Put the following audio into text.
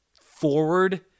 forward